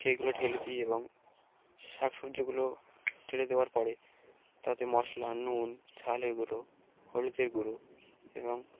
সেইগুলো ঢেলে দিই এবং শাক সবজিগুলো ঢেলে দেওয়ার পরে তাতে মশলা নুন ঝালের গুঁড়ো হলুদের গুঁড়ো এবং